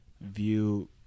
view